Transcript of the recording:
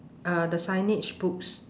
uh the signage books